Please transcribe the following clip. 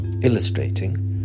illustrating